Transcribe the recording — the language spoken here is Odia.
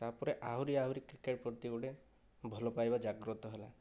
ତା'ପରେ ଆହୁରି ଆହୁରି କ୍ରିକେଟ ପ୍ରତି ଗୋଟିଏ ଭଲ ପାଇବା ଜାଗ୍ରତ ହେଲା